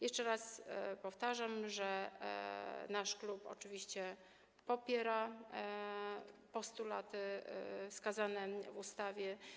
Jeszcze raz powtarzam, że nasz klub oczywiście popiera postulaty wskazane w ustawie.